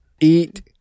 Eat